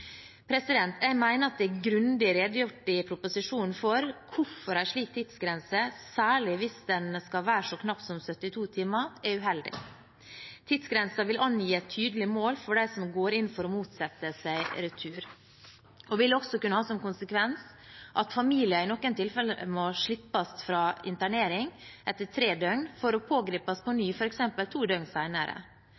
det er grundig redegjort for i proposisjonen hvorfor en slik tidsgrense – særlig hvis den skal være så knapp som 72 timer – er uheldig. Tidsgrensen vil angi et tydelig mål for dem som går inn for å motsette seg retur, og vil også kunne ha som konsekvens at familier i noen tilfeller må slippes fra internering etter tre døgn for så å bli pågrepet på